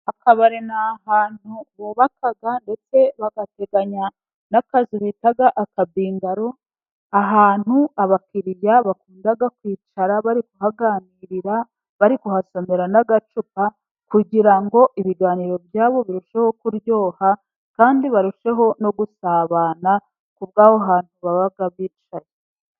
Akabari ni ahantu bubaka ndetse bagateganya n'akazu bita akabingaro， ahantu abakiriya bakunda kwicara bari kuhaganirira， bari kuhasomera n'agacupa，kugira ngo ibiganiro byabo birusheho kuryoha，kandi barusheho no gusabana, ku bw’aho hantu baba bicaye.